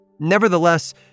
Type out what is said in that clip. Nevertheless